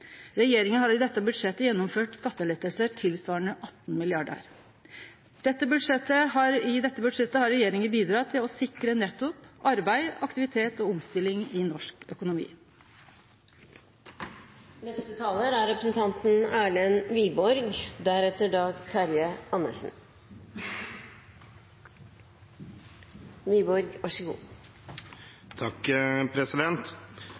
Regjeringa har i dette budsjettet gjennomført skatteletter tilsvarande 18 mrd. kr. I dette budsjettet har regjeringa bidrege til å sikre nettopp arbeid, aktivitet og omstilling i norsk